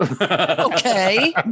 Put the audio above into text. Okay